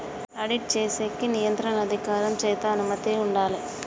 audit చేసేకి నియంత్రణ అధికారం చేత అనుమతి ఉండాలే